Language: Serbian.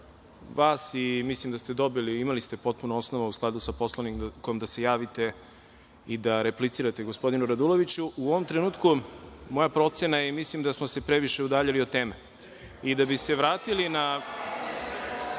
vas i mislim da ste dobili, imali ste potpuno osnova u skladu sa Poslovnikom da se javite i da replicirate gospodinu Raduloviću.U ovom trenutku moja procena je i mislim da smo se previše udaljili od teme i da bi se vratili